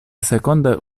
seconda